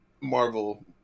Marvel